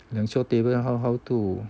两桌 table how how to